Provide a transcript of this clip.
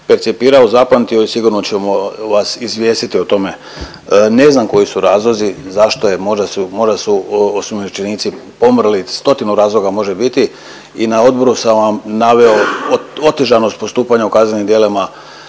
percipirao, zapamtio i sigurno ćemo vas izvijestiti o tome. Ne znam koji su razlozi, zašto je, možda su, možda su osumnjičenici pomrli, stotinu razloga može biti i na odboru sam vam naveo otežanost postupanja u kaznenim djelima